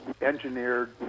engineered